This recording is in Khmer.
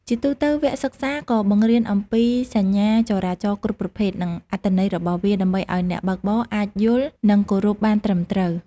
ជាទួទៅ វគ្គសិក្សាក៏បង្រៀនអំពីសញ្ញាចរាចរណ៍គ្រប់ប្រភេទ និងអត្ថន័យរបស់វា ដើម្បីឲ្យអ្នកបើកបរអាចយល់ និងគោរពបានត្រឹមត្រូវ។